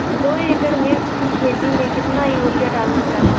दो एकड़ मिर्च की खेती में कितना यूरिया डालल जाला?